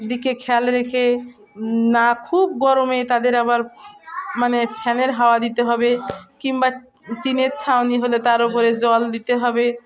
দিকে খেয়াল রেখে না খুব গরমে তাদের আবার মানে ফ্যানের হাওয়া দিতে হবে কিংবা চিনের ছাউনি হলে তার ওপরে জল দিতে হবে